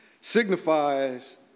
signifies